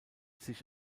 sich